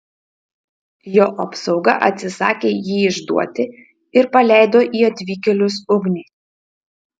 jo apsauga atsisakė jį išduoti ir paleido į atvykėlius ugnį